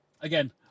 again